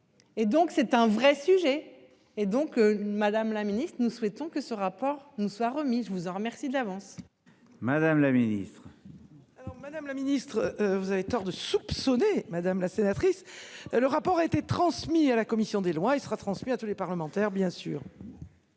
Et donc c'est un vrai sujet et donc Madame la Ministre, nous souhaitons que ce rapport ne soit remise vous en remercie d'avance. Madame la ministre. Madame la ministre, vous avez tort de soupçonner madame la sénatrice. Le rapport a été transmis à la commission des Lois il sera transmis à tous les parlementaires bien sûr.